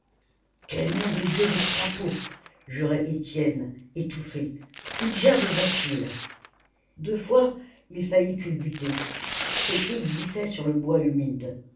quel nom de dieu de crapaud jurait étienne étouffé où diable va-t-il deux fois il avait failli culbuter ses pieds glissaient sur le bois humide